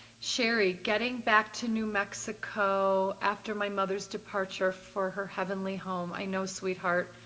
sherry, getting back to new mexico after my mother's departure for her heavenly home. i know sweetheart.